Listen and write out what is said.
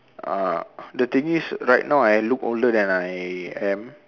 uh the thing is right now I look older than I am